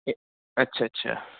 आस्सा आस्सा